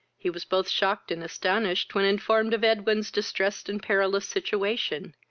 he was both shocked and astonished when informed of edwin's distressed and perilous situation,